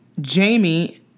Jamie